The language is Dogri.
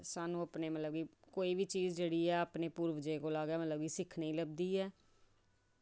ते तुस सानूं मतलब कि कोई बी चीज जेह्ड़ी ऐ ते अपने अपने कोला गै सिक्खनै गी लभदी ऐ